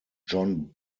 john